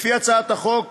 לפי הצעת החוק,